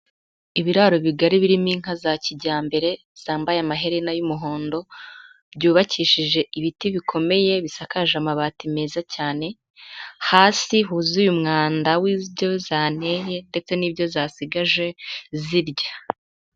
Ibiraro bigari birimo inka za kijyambere, zambaye amaherena y'umuhondo, byubakishije ibiti bikomeye bisakaje amabati meza cyane, hasi huzuye umwanda w'ibyo zaneye ndetse n'ibyo zasigaje zirya.